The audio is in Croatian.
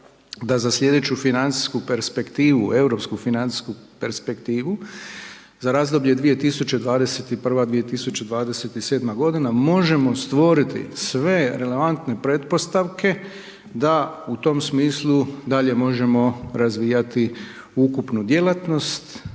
da za sljedeću financijsku perspektivnu, europsku financijsku perspektivu za razdoblje 2021.-2027. godina možemo stvoriti sve relevantne pretpostavke da u tom smislu dalje možemo razvijati ukupnu djelatnost,